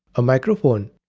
a microphone,